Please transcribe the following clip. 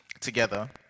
together